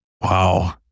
Wow